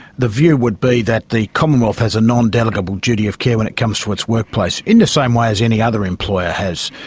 the view would be that the commonwealth has a non-delegable duty of care when it comes to its workplace, in the same way as any other employer has.